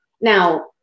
now